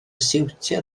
siwtio